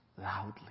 loudly